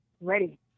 ready